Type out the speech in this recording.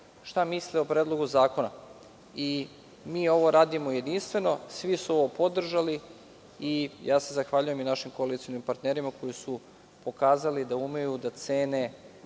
šta misle o Predlogu zakona. Mi ovo radimo jedinstveno. Svi su podržali. Ja se zahvaljujem i našim koalicionim partnerima koji su pokazali da umeju da cene